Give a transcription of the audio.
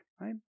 right